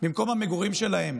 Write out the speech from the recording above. ממקום המגורים שלהם?